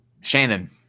Shannon